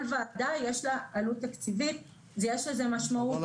כל ועדה יש לה עלות תקציבית, ויש לזה משמעות.